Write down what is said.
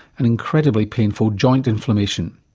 an incredibly painful joint inflammation.